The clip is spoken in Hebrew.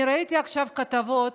אני ראיתי עכשיו כתבות,